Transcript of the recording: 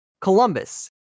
Columbus